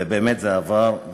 ובאמת זה עבר,